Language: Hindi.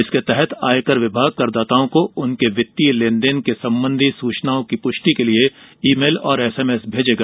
इसके तहत आयकर विभाग करदाताओं को उनके वित्तीय लेन देन संबंधी सूचनाओं की पुष्टि के लिए ई मेल और एसएमएस भेजेगा